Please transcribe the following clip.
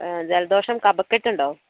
ജലദോഷം കഫക്കെട്ടുണ്ടോ